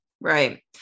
Right